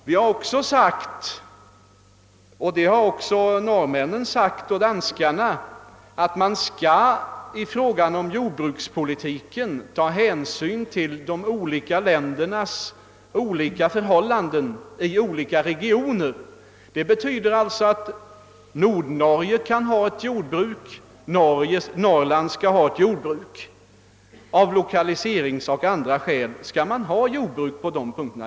Vi har också sagt — vilket även norrmännen och danskarna gjort — att man i frågan om jordbrukspolitiken skall ta hänsyn till de olika ländernas olika förhållanden i olika regioner. Det betyder alltså att man av lokaliseringspolitiska och andra skäl skall ha ett jordbruk i Nordnorge och i Norrland.